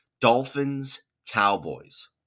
Dolphins-Cowboys